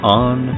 on